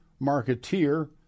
marketeer